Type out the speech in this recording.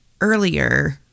earlier